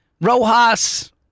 Rojas